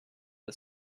the